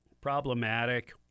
problematic